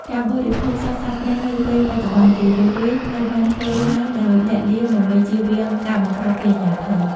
ការបរិភោគសាច់សត្វព្រៃនៅពេលបច្ចុប្បន្ន ជារឿយៗត្រូវបានធ្វើឡើងដោយលាក់លៀម ដើម្បីជៀសវាងការបង្ក្រាបពីអាជ្ញាធរ។